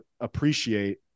appreciate